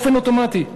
באופן אוטומטי,